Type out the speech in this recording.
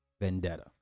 vendetta